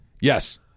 Yes